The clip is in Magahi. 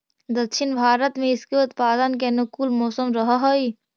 दक्षिण भारत में इसके उत्पादन के अनुकूल मौसम रहअ हई